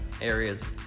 areas